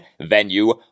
venue